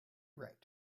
right